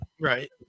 Right